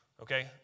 Okay